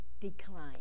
decline